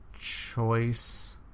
Choice